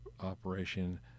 operation